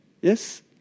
Yes